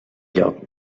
lloc